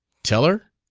tell her?